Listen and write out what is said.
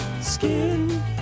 Skin